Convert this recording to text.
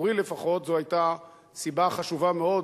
עבורי לפחות זו היתה סיבה חשובה מאוד